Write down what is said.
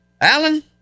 Alan